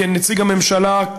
כנציג הממשלה,